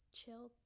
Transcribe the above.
chill